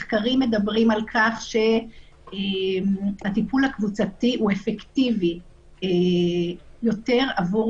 מחקרים מדברים על כך שהטיפול הקבוצתי הוא אפקטיבי יותר עבור